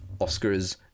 Oscars